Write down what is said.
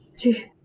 to